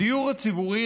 הדיור הציבורי,